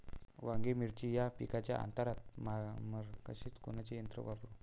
वांगे, मिरची या पिकाच्या आंतर मशागतीले कोनचे यंत्र वापरू?